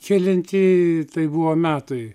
kelinti tai buvo metai